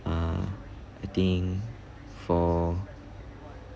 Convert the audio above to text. uh I think for